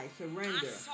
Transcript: surrender